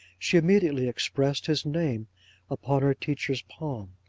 she immediately expressed his name upon her teacher's palm.